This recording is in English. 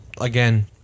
again